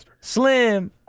Slim